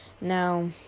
Now